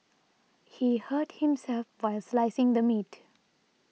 he hurt himself while slicing the meat